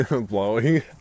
Blowing